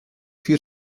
für